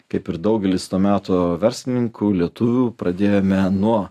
kaip ir daugelis to meto verslininkų lietuvių pradėjome nuo